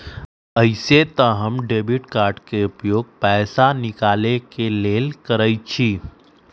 अइसे तऽ हम डेबिट कार्ड के उपयोग पैसा निकाले के लेल करइछि